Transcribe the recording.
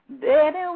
Baby